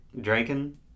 drinking